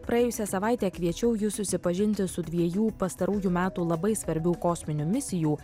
praėjusią savaitę kviečiau jus susipažinti su dviejų pastarųjų metų labai svarbių kosminių misijų